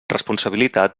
responsabilitat